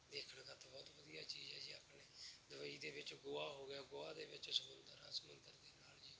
ਦੇਖਣ ਖਾਤਰ ਬਹੁਤ ਵਧੀਆ ਚੀਜ਼ ਆ ਜੀ ਆਪਣੇ ਦੁਬਈ ਦੇ ਵਿੱਚ ਗੋਆ ਹੋ ਗਿਆ ਗੋਆ ਦੇ ਵਿੱਚ ਸਮੁੰਦਰ ਆ ਸਮੁੰਦਰ ਦੇ ਨਾਲ ਜੀ